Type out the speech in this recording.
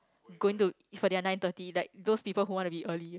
going to for their nine thirty like those people who want to be early